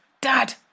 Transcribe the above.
Dad